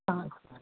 ആ